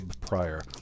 prior